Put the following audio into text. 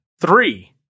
three